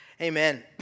Amen